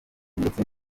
ndetse